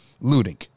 looting